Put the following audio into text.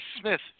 Smith